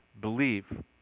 believe